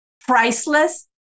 priceless